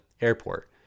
airport